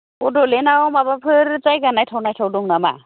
बड'लेण्डआव माबाफोर जायगा नायथाव नायथाव दं नामा